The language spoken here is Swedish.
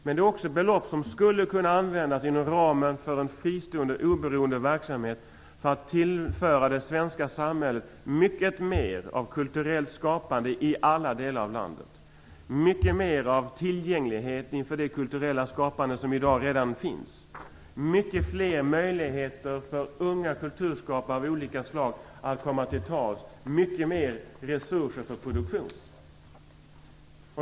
Men det är också belopp som skulle kunna användas inom ramen för en fristående oberoende verksamhet för att tillföra det svenska samhället mycket mer av kulturellt skapande i alla delar av landet, mycket mer av tillgänglighet inför det kulturella skapande som i dag redan finns, många fler möjligheter för unga kulturskapare av olika slag att komma till tals och mycket mer resurser för produktion.